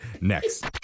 Next